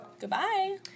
Goodbye